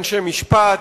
אנשי משפט,